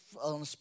on